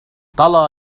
طلى